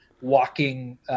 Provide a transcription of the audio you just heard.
walking